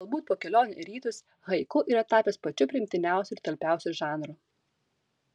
galbūt po kelionių į rytus haiku yra tapęs pačiu priimtiniausiu ir talpiausiu žanru